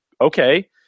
okay